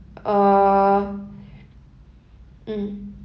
uh mm